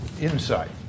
insight